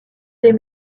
des